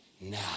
now